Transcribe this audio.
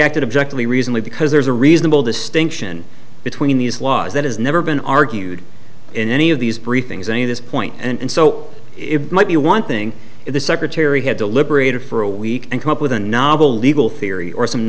acted objectively reason lee because there's a reasonable distinction between these laws that has never been argued in any of these briefings and to this point and so it might be one thing if the secretary had deliberated for a week and come up with a novel legal theory or some